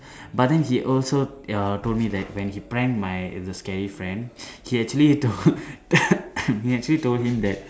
but then he also err told me that when he prank my the scary friend he actually told he actually told him that